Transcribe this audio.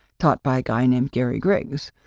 taught by guy named gary griggs.